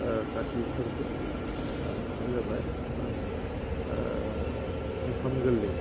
खाथि फोरबो आरो मोनसेया जाबाय ओंखाम गोरलै